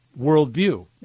worldview